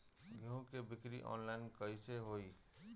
गेहूं के बिक्री आनलाइन कइसे होई?